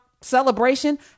celebration